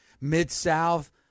Mid-South